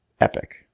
epic